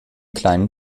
kleinen